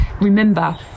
remember